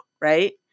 Right